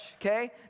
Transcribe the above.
okay